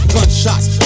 Gunshots